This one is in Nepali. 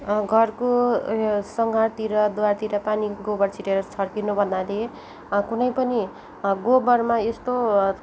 घरको उयो सँघारतिर द्वारतिर पानी गोबर छिटेर छर्किनु भन्नाले कुनैपनि गोबरमा यस्तो